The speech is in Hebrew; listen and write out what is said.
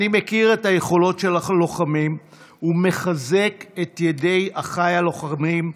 אני מכיר את היכולות של הלוחמים ומחזק את ידי אחיי הלוחמים.